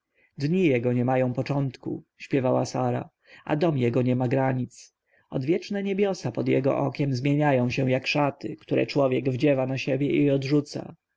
dni jego nie mają początku śpiewała sara a dom jego nie ma granic odwieczne niebiosa pod jego okiem zmieniają się jak szaty które człowiek wdziewa na siebie i odrzuca